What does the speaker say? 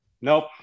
Nope